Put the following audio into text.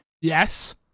Yes